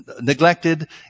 neglected